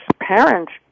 parents